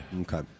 Okay